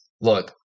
look